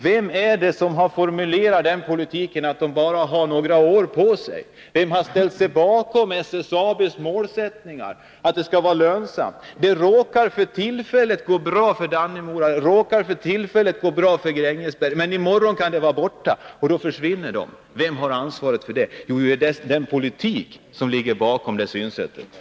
Vem har formulerat den politik som innebär att Grängesberg och Dannemora bara har något år kvar? Vem har ställt sig bakom SSAB:s målsättning att verksamheten skall vara lönsam? Det råkar för tillfället gå bra för Dannemora och Grängesberg, men i morgon kan de vara borta. Var ligger ansvaret för detta? Jo, det ligger i den politik som detta synsätt bygger på.